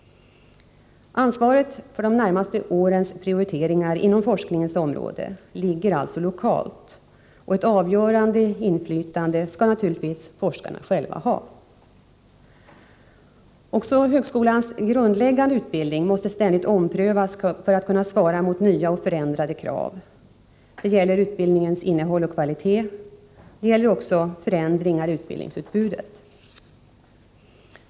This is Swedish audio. Ansvaret för de två närmaste årens prioriteringar inom forskningens område ligger alltså lokalt. Och ett avgörande inflytande skall naturligtvis forskarna själva ha. Också högskolans grundläggande utbildning måste ständigt omprövas för att kunna svara mot nya och förändrade krav. Det gäller utbildningens innehåll och kvalitet. Det gäller också förändringar i utbildningsutbudet.